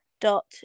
dot